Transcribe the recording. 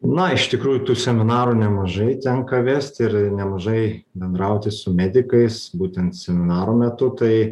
na iš tikrųjų tų seminarų nemažai tenka vesti ir nemažai bendrauti su medikais būtent seminarų metu tai